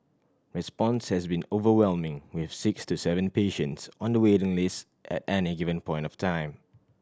response has been overwhelming with six to seven patients on the waiting list at any given point of time